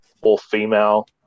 all-female